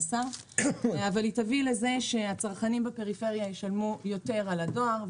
טועה, שהצרכנים בפריפריה ישלמו יותר על הדואר.